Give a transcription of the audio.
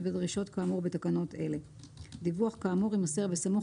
בדרישות כאמור בתקנות אלה.דיווח כאמור יימסר בסמוך